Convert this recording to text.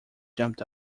jumped